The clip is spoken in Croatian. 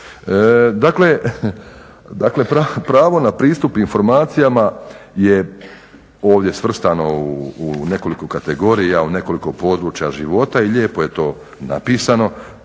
Dakle pravo na pristup informacijama je ovdje svrstano u nekoliko kategorija u nekoliko područja života i lijepo je to napisano.